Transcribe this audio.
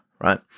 right